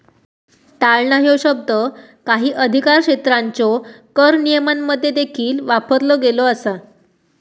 टाळणा ह्यो शब्द काही अधिकारक्षेत्रांच्यो कर नियमांमध्ये देखील वापरलो गेलो असा